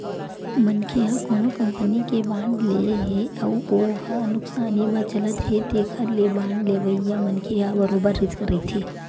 मनखे ह कोनो कंपनी के बांड ले हे अउ हो ह नुकसानी म चलत हे तेखर ले बांड लेवइया मनखे ह बरोबर रिस्क रहिथे